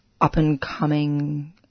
up-and-coming